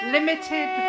Limited